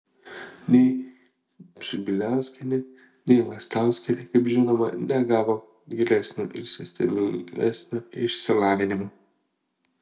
nei pšibiliauskienė nei lastauskienė kaip žinoma negavo gilesnio ir sistemingesnio išsilavinimo